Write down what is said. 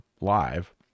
Live